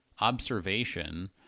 observation